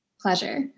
pleasure